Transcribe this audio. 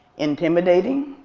intimidating,